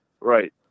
Right